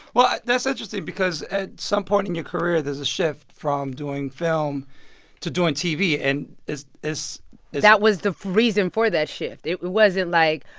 well, that's interesting because at some point in your career, there's a shift from doing film to doing tv. and is. that was the reason for that shift. it wasn't like,